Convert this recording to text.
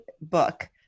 book